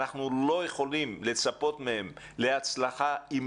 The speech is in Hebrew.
ואנחנו לא יכולים לצפות מהם להצלחה אם